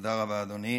תודה רבה, אדוני.